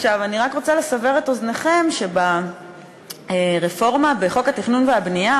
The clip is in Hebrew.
אני רק רוצה לסבר את אוזנכם שברפורמה בחוק התכנון והבנייה,